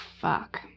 fuck